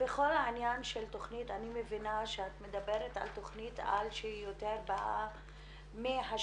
בכל העניין של תכנית אני מבינה שאת מדברת על תכנית שיותר באה מהשטח,